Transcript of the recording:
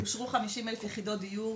אני חושבת שאושרו 50,000 יחידות דיור